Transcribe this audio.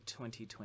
2020